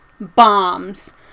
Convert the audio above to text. bombs